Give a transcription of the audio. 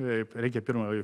taip reikia pirma